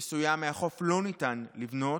מסוים מהחוף לא ניתן לבנות.